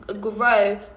grow